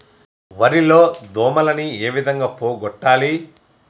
వరి లో దోమలని ఏ విధంగా పోగొట్టాలి?